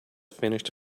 finished